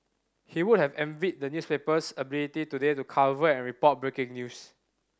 he would have envied the newspaper's ability today to cover and report breaking news